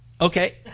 Okay